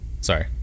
Sorry